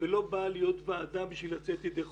ולא באה להיות ועדה כדי לצאת ידי חובה.